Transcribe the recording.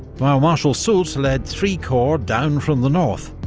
while marshal soult led three corps down from the north,